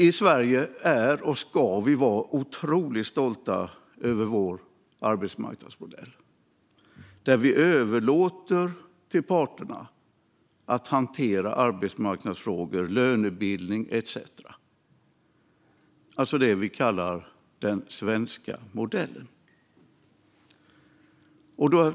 I Sverige är vi, och ska vi vara, otroligt stolta över vår arbetsmarknadsmodell där vi överlåter till parterna att hantera arbetsmarknadsfrågor, lönebildning etcetera, alltså det vi kallar den svenska modellen.